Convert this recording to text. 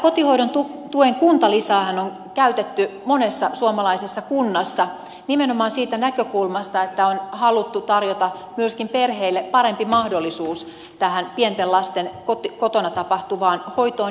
kotihoidon tuen kuntalisäähän on käytetty monessa suomalaisessa kunnassa nimenomaan siitä näkökulmasta että on haluttu tarjota myöskin perheille parempi mahdollisuus pienten lasten kotona tapahtuvaan hoitoon